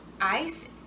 Ice